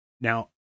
Now